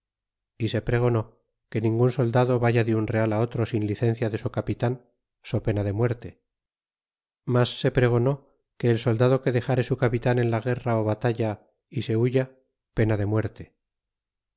y se pregonó que ningun soldado vaya de un real á otro sin licencia de su capitan so pena de muerte mas se pregonó que el soldado que dexare su capitan en la guerra ó batalla é se huya pena de muerte